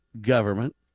government